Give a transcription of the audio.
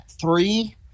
Three